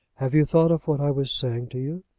have you thought of what i was saying to you?